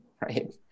right